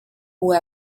who